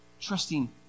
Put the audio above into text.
Trusting